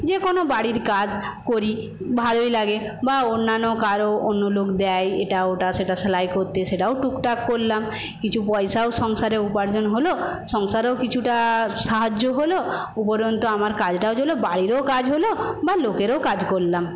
যে কোনো বাড়ির কাজ করি ভালই লাগে বা অন্যান্য কারো অন্য লোক দেয় এটা ওটা সেটা সেলাই করতে সেটাও টুকটাক করলাম কিছু পয়সাও সংসারে উপার্জন হল সংসারেও কিছুটা সাহায্য হলো উপরন্ত আমার কাজ টাজ হলো বাড়িরও কাজ হল বা লোকেরও কাজ করলাম